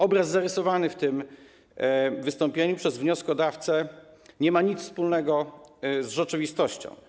Obraz zarysowany w tym wystąpieniu przez wnioskodawcę nie ma nic wspólnego z rzeczywistością.